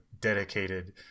dedicated